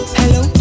hello